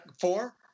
four